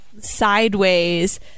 Sideways